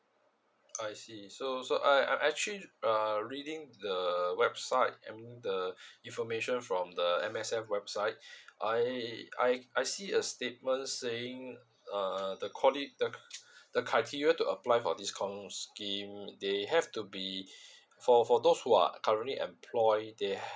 I see so so I I actually uh reading the website the information from the M_S_F website I I see a statement saying uh the criteria to apply for this com scheme they have to be for for those who are currently employ they